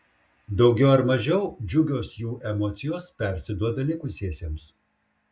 daugiau ar mažiau džiugios jų emocijos persiduoda likusiesiems